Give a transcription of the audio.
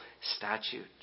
statute